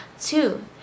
Two